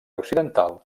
occidental